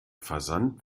versand